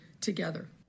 together